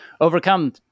overcome